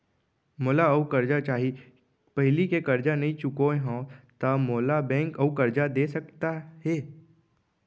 मोला अऊ करजा चाही पहिली के करजा नई चुकोय हव त मोल ला बैंक अऊ करजा दे सकता हे?